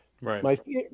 Right